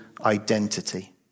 identity